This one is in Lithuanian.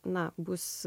na bus